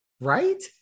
Right